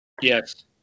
Yes